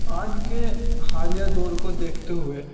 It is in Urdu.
آج کے حالیہ دور کو دیکھتے ہوئے